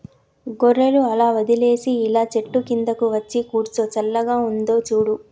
గొర్రెలు అలా వదిలేసి ఇలా చెట్టు కిందకు వచ్చి కూర్చో చల్లగా ఉందో చూడు